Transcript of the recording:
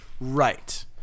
Right